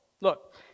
Look